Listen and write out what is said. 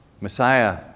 Messiah